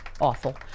awful